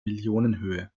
millionenhöhe